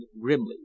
grimly